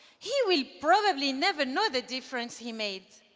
he will probably never know the difference he made,